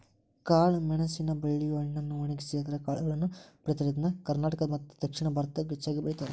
ಕಾಳಮೆಣಸಿನ ಬಳ್ಳಿಯ ಹಣ್ಣನ್ನು ಒಣಗಿಸಿ ಅದರ ಕಾಳುಗಳನ್ನ ಪಡೇತಾರ, ಇದನ್ನ ಕರ್ನಾಟಕ ಮತ್ತದಕ್ಷಿಣ ಭಾರತದಾಗ ಹೆಚ್ಚಾಗಿ ಬೆಳೇತಾರ